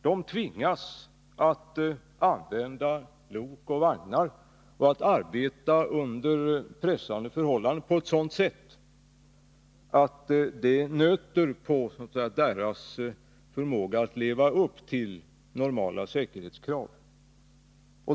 De tvingas att använda lok och vagnar och att arbeta under pressande förhållanden på ett sådant sätt att det nöter på deras förmåga att leva upp till normala säkerhetskrav.